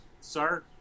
sir